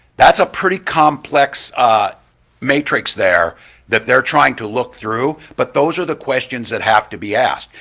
that's a pretty complex matrix there that they're trying to look through. but those are the questions that have to be asked.